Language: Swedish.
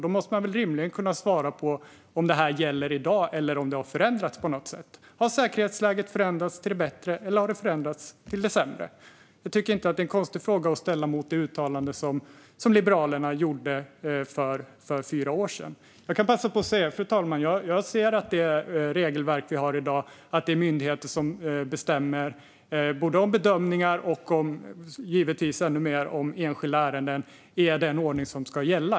Då måste man väl rimligen kunna svara på om det här gäller i dag eller om det har förändrats på något sätt. Har säkerhetsläget förändrats till det bättre, eller har det förändrats till det sämre? Jag tycker inte att det är en konstig fråga att ställa med tanke på det uttalande som Liberalerna gjorde för fyra år sedan. Fru talman! Fredrik Malm tar upp att det regelverk vi har i dag innebär att det är myndigheter som bestämmer om bedömningar och givetvis ännu mer om enskilda ärenden. Det är den ordning som ska gälla.